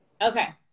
okay